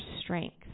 strength